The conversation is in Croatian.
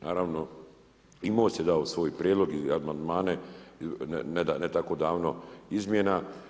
Naravno i Most je dao svoj prijedlog i amandmane, ne tako davno izmjena.